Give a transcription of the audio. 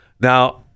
Now